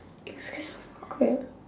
is kind of awkward